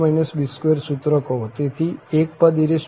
ત્યાં a2 b2 સૂત્ર કહો